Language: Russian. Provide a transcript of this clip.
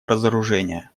разоружения